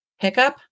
Hiccup